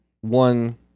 one